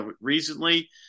recently